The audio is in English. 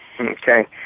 Okay